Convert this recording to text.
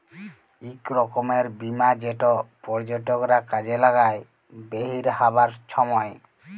ইক রকমের বীমা যেট পর্যটকরা কাজে লাগায় বেইরহাবার ছময়